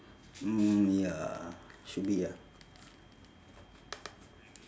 mm ya should be ah